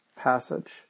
passage